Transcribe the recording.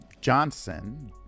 johnson